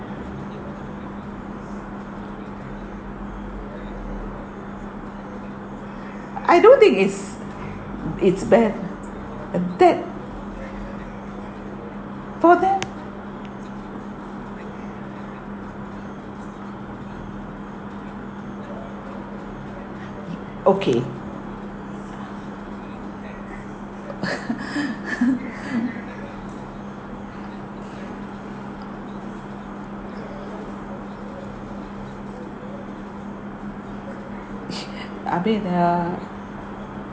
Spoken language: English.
I don't think it's it's bad a bad for them okay I mean uh